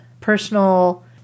personal